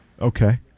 Okay